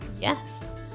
yes